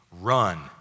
run